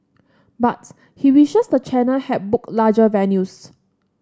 but he wishes the channel had booked larger venues